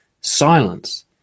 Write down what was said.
Silence